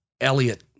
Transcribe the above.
Elliot